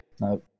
No